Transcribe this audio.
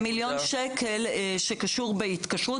כמיליון שקל שקשור בהתקשרות.